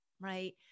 Right